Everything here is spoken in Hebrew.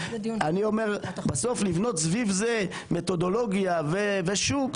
בסוף לבנות סביב זה מתודולוגיה ושוק,